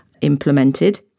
implemented